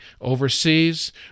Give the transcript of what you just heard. overseas